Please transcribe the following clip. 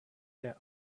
their